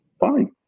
Fine